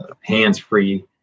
hands-free